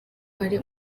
ari